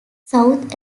south